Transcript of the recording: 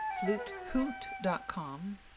FluteHoot.com